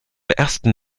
ersten